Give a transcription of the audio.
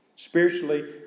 Spiritually